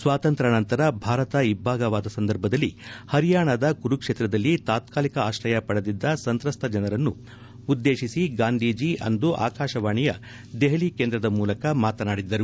ಸ್ಲಾತಂತ್ರಾ ನಂತರ ಭಾರತ ಇಬ್ಬಾಗವಾದ ಸಂದರ್ಭದಲ್ಲಿ ಹರಿಯಾಣಾದ ಕುರುಕ್ಷೇತ್ರದಲ್ಲಿ ತಾತ್ಕಾಲಿಕ ಆಶ್ರಯ ಪಡೆದಿದ್ದ ಸಂತ್ರಸ್ತ ಜನರನ್ನು ಉದ್ದೇಶಿಸಿ ಗಾಂಧೀಜಿ ಅಂದು ಆಕಾಶವಾಣಿಯ ದೆಹಲಿ ಕೇಂದ್ರದ ಮೂಲಕ ಮಾತನಾಡಿದ್ದರು